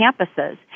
campuses